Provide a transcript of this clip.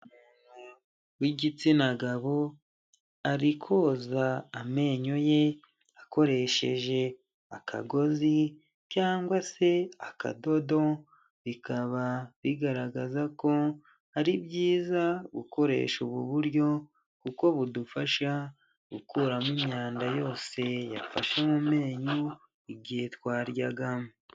Umuntu w'igitsina gabo, ari koza amenyo ye akoresheje akagozi cyangwa se akadodo, bikaba bigaragaza ko ari byiza gukoresha ubu buryo kuko budufasha gukuramo imyanda yose yafashe mu menyo, igihe twaryaga.